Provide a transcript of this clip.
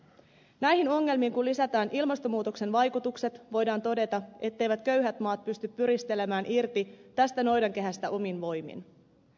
näihin ongelmiin kun lisätään ilmastonmuutoksen vaikutukset voidaan todeta etteivät köyhät maat pysty pyristelemään irti tästä noidankehästä omin voimin